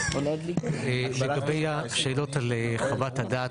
לגבי השאלות על חוות הדעת.